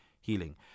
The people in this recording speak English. healing